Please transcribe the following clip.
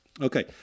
Okay